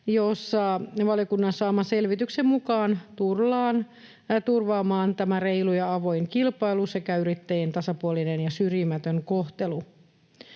jossa valiokunnan saaman selvityksen mukaan tullaan turvaamaan reilu ja avoin kilpailu sekä yrittäjien tasapuolinen ja syrjimätön kohtelu.